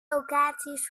locaties